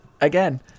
again